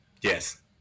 yes